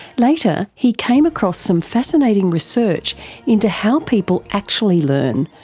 later he came across some fascinating research into how people actually learn,